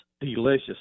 delicious